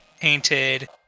painted